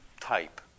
type